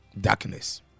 Darkness